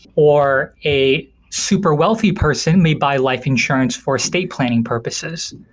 or a super wealthy person may buy life insurance for estate planning purposes.